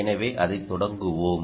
எனவே அதைத் தொடங்குவோம்